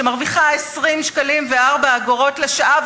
שמרוויחה 20 שקלים ו-4 אגורות לשעה,